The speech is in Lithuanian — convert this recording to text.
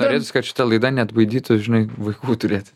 norėtųsi kad šita laida neatbaidytų žinai vaikų turėti